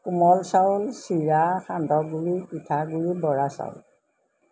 কোমল চাউল চিৰা সান্দহ গুড়ি পিঠা গুড়ি বৰা চাউল